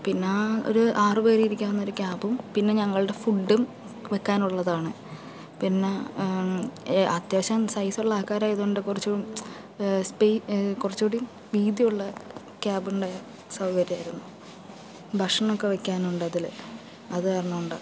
പിന്നെ ഒരു ആറുപേര് ഇരിക്കാവുന്ന ഒരു ക്യാബും പിന്നെ ഞങ്ങളുടെ ഫുഡും വെക്കാനുള്ളതാണ് പിന്നെ അത്യാവശ്യം സൈസുള്ള ആൾക്കാർ ആയതുകൊണ്ട് കുറച്ചും കുറച്ചുകൂടി വീതിയുള്ള ക്യാബ് ഉണ്ടായാൽ സൗകര്യമായിരുന്നു ഭക്ഷണമൊക്കെ വയ്ക്കാൻ ഉണ്ടതിൽ അതു കാരണം കൊണ്ടാണ്